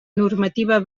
normativa